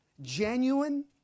Genuine